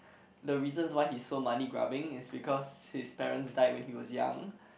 the reasons why he's so money grubbing is because his parents died when he was young